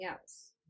else